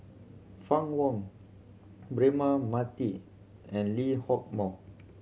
Fann Wong Braema Mathi and Lee Hock Moh